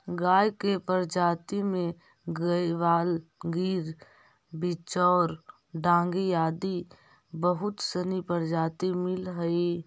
गाय के प्रजाति में गयवाल, गिर, बिच्चौर, डांगी आदि बहुत सनी प्रजाति मिलऽ हइ